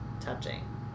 touching